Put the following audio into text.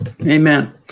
amen